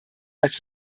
als